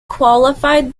qualified